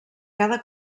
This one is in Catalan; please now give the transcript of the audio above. cada